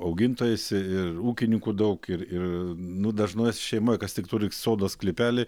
augintojais ir ūkininkų daug ir ir nu dažnoj šeimoj kas tik turi sodo sklypelį